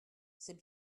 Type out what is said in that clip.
c’est